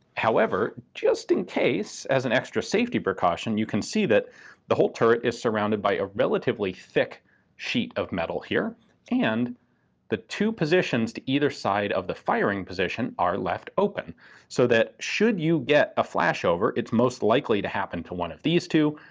however, just in case as an extra safety precaution you can see that the whole turret is surrounded by a relatively thick sheet of metal here and the two positions to either side of the firing position are left open so that should you get a flashover, it's most likely to happen to one of these two,